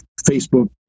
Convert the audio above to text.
facebook